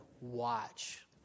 watch